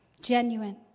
Genuine